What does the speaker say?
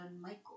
Michael